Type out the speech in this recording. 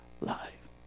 life